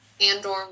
Andor